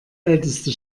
älteste